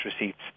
receipts